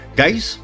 guys